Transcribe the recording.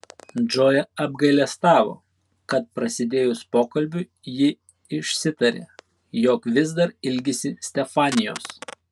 džoja apgailestavo kad prasidėjus pokalbiui ji išsitarė jog vis dar ilgisi stefanijos